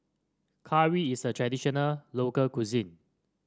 curry is a traditional local cuisine